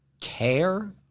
care